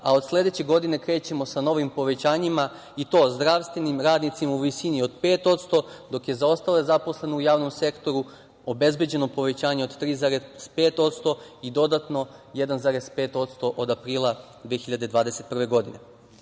a od sledeće godine krećemo sa novim povećanjima i to zdravstvenim radnicima u visini od 5%, dok je za ostale zaposlene u javnom sektoru obezbeđeno povećanje od 3,5% i dodatno 1,5% od aprila 2021. godine. Kada